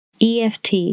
EFT